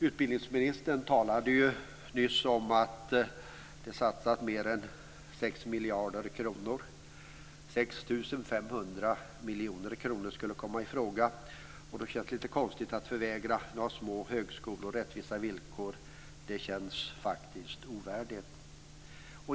Utbildningsministern talade ju nyss om att det satsas mer än 6 miljarder kronor, 6 500 miljoner kronor skulle komma i fråga, och då känns det lite konstigt att man förvägrar några små högskolor rättvisa villkor. Det känns faktiskt ovärdigt.